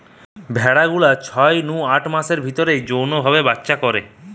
ভেড়া গুলা ছয় নু আট মাসের ভিতরেই যৌন ভাবে বাচ্চা করে